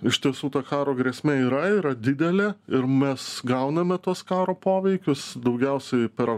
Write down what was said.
iš tiesų ta karo grėsmė yra yra didelė ir mes gauname tuos karo poveikius daugiausiai per